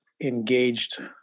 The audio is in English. engaged